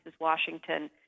Washington